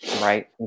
Right